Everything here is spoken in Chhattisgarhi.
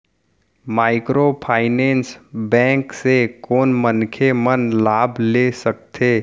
माइक्रोफाइनेंस बैंक से कोन मनखे मन लाभ ले सकथे?